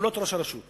ופעולות ראש הרשות.